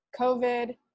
COVID